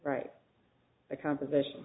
right the composition